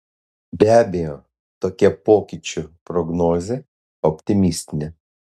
be abejo tokia pokyčių prognozė optimistinė